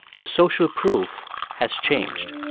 the social proof has changed